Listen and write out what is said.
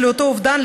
לאותו אובדן,